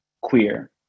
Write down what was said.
queer